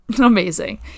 Amazing